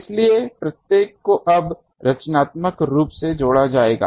इसलिए प्रत्येक को अब रचनात्मक रूप से जोड़ा जाएगा